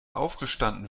aufgestanden